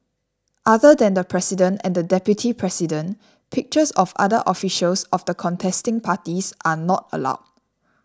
other than the president and deputy president pictures of other officials of the contesting parties are not allowed